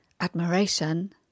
admiration